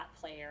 player